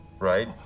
Right